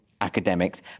academics